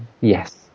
Yes